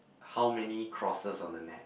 how many crosses on the net